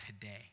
today